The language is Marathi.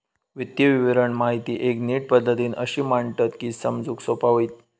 वित्तीय विवरण माहिती एक नीट पद्धतीन अशी मांडतत की समजूक सोपा होईत